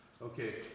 Okay